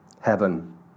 heaven